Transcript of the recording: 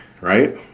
right